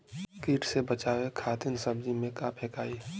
कीट से बचावे खातिन सब्जी में का फेकाई?